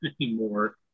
anymore